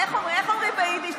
איך אומרים ביידיש?